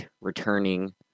returning